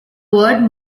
word